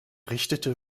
richtete